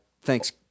Thanks